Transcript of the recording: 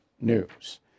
news